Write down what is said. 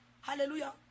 Hallelujah